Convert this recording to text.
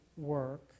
work